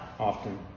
often